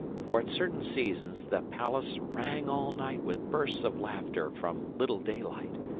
for at certain seasons the palace rang all night with bursts of laughter from little daylight,